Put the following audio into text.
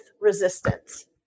resistance